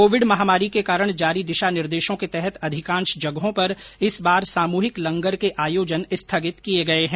Covid महामारी के कारण जारी दिशा निर्देशों के तहत अधिकांश जगहों पर इस बार सामूहिक लंगर के आयोजन स्थगित किये गये हैं